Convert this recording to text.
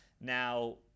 now